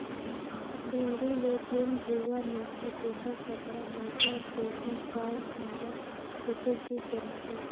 भेड़ी ले जेन रूआ मिलथे तेखर कपड़ा, मोजा सिवटर, साल, कमरा जइसे चीज बनथे